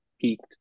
peaked